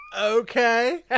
Okay